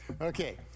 okay